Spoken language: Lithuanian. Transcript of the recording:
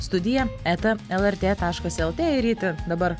studija eta lrt taškas lt ir ryti dabar